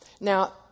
Now